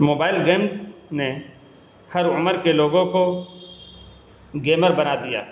mobile games نے ہر عمر کے لوگوں کو گیمر بنا دیا